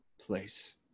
place